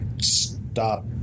stop—